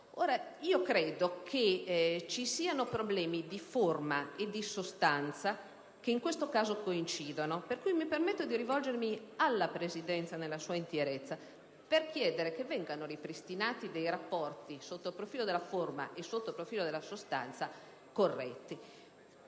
Credo ci siano problemi di forma e di sostanza, che in questo caso coincidono, per cui mi permetto di rivolgermi alla Presidenza nella sua interezza per chiedere che vengano ripristinati dei rapporti corretti, sia sotto il profilo della forma sia sotto il profilo della sostanza.